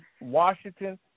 Washington